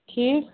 ٹھیٖک